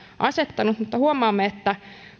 asettanut huomaamme että